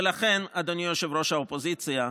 ולכן, אדוני ראש האופוזיציה,